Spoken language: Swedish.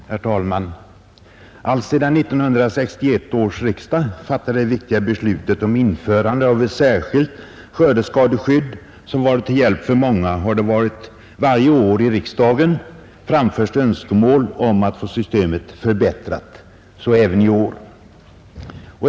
Herr talman! Allt sedan 1961 års riksdag fattade det viktiga beslutet om införande av ett särskilt skördeskadeskydd, som varit till hjälp för många, har det varje år i riksdagen framförts önskemål om att få systemet förbättrat. Så även i år.